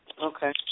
Okay